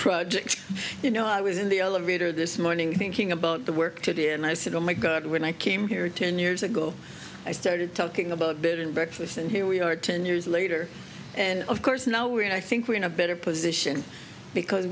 project you know i was in the elevator this morning thinking about the work today and i said oh my god when i came here ten years ago i started talking about bed and breakfasts and here we are ten years later and of course now we're in i think we're in a better position because